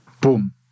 Boom